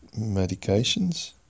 medications